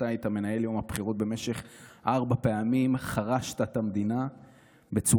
כשאתה היית מנהל יום הבחירות ארבע פעמים וחרשת את המדינה בצורה,